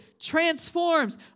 transforms